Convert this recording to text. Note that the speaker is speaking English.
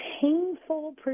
painful